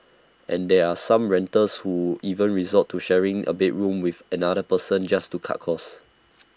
and there are some renters who even resort to sharing A bedroom with another person just to cut costs